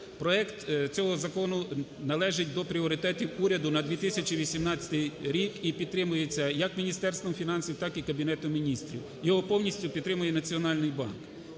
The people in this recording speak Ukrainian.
Проект цього закону належить до пріоритетів уряду на 2018 рік і підтримується як Міністерством фінансів, так і Кабінетом Міністрів. Його повністю підтримує Національний банк.